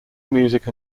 music